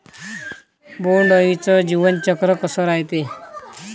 बोंड अळीचं जीवनचक्र कस रायते?